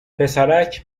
پسرک